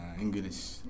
English